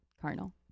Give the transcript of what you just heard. carnal